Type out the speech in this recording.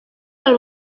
del